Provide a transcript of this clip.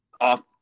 off